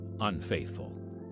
unfaithful